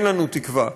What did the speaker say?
אין לנו תקווה,